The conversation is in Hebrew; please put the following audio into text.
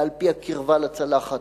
אלא על-פי הקרבה לצלחת,